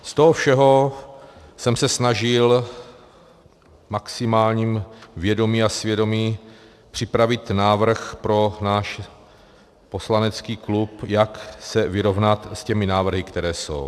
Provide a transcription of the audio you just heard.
Z toho všeho jsem se snažil s maximálním vědomím a svědomím připravit návrh pro náš poslanecký klub, jak se vyrovnat s těmi návrhy, které jsou.